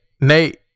Nate